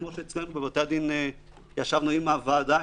כמו שאצלנו בבתי הדין ישבנו עם הוועדה,